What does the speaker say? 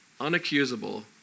unaccusable